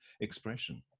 expression